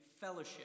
fellowship